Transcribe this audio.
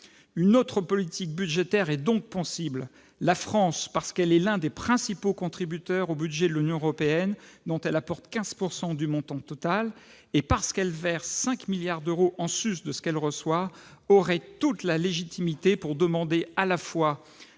Une autre politique budgétaire est donc possible ! La France, parce qu'elle est l'un des principaux contributeurs au budget de l'Union européenne, dont elle apporte 15 % du montant total, et parce qu'elle verse 5 milliards d'euros en sus de ce qu'elle reçoit, aurait toute légitimité pour demander à la fois